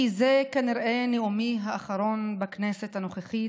כי זה כנראה נאומי האחרון בכנסת הנוכחית,